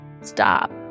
stop